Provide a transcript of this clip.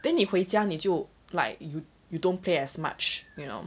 then 你回家你就 like you you don't play as much you know